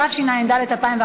התשע"ד 2014,